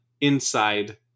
inside